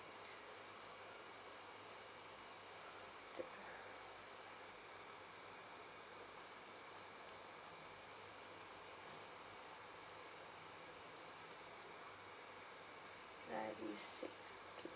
ninety six okay